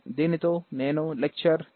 దీనితో నేను లెక్చర్ 3